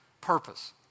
purpose